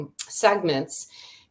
segments